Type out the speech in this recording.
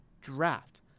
draft